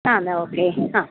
ആ എന്നാൽ ഓക്കേ ആ